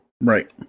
Right